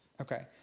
Okay